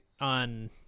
on